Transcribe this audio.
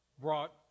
brought